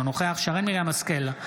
אינו נוכח שרן מרים השכל,